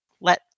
Let